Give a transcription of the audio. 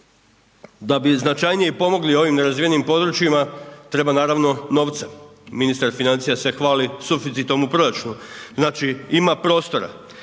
Da bi značajnije pomogli ovim nerazvijenim područjima treba naravno novca. Ministar financija se hvali suficitom u proračunu, znači ima prostora.